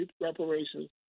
reparations